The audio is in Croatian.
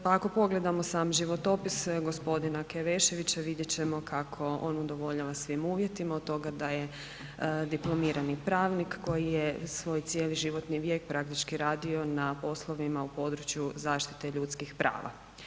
Pa, ako pogledamo sam životopis g. Keveševića, vidjet ćemo kako on udovoljava svim uvjetima, od toga da je dipl. pravnik koji je svoj cijeli životni vijek praktički radio na poslovima u području zaštite ljudskih prava.